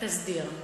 התסדיר.